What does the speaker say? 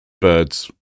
birds